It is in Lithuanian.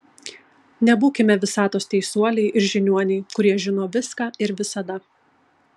nebūkime visatos teisuoliai ir žiniuoniai kurie žino viską ir visada